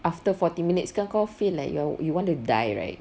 after forty minutes kau feel like you want to die right